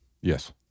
yes